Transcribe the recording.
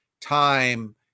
time